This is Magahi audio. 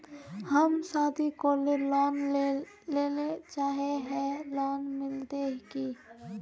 हम शादी करले लोन लेले चाहे है लोन मिलते की?